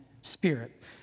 spirit